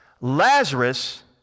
Lazarus